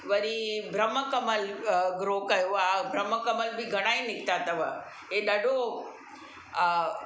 वरी ब्रह्म कमल अ ग्रो कयो आहे ब्रह्म कमल बि घणा ई निकिता अथव ऐं ॾाढो अ